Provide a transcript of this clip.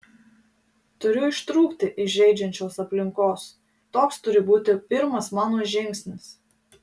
turiu ištrūkti iš žeidžiančios aplinkos toks turi būti pirmas mano žingsnis